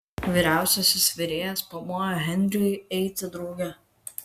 vyriausiasis virėjas pamojo henriui eiti drauge